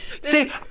See